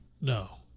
No